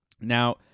Now